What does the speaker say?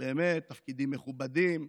באמת מכובדים,